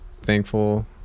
thankful